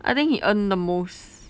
I think he earn the most